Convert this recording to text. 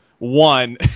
One